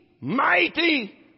Mighty